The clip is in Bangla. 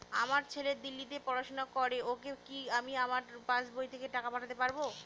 আমার ছেলে দিল্লীতে পড়াশোনা করে ওকে কি আমি আমার পাসবই থেকে টাকা পাঠাতে পারব?